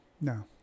No